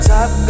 Top